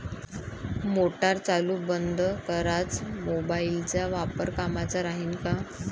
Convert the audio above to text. Motor चालू बंद कराच मोबाईलचा वापर कामाचा राहीन का?